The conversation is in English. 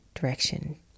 direction